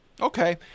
Okay